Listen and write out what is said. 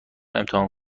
امتحان